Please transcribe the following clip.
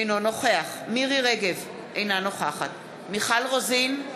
אינו נוכח מירי רגב, אינה נוכחת מיכל רוזין,